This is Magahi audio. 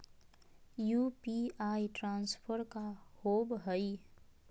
यू.पी.आई ट्रांसफर का होव हई?